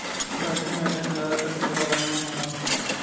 banking agent जादातर खुदरा bank में होलन